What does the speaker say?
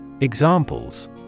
Examples